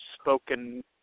spoken